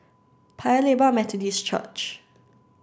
Paya Lebar Methodist Church